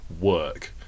work